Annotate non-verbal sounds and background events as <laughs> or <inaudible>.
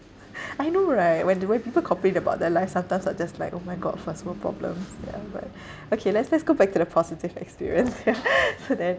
<laughs> I know right when the way people complain about their life sometimes I'm just like oh my god first world problems ya but okay let's let's go back to the positive experience yeah <laughs> so then